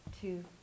two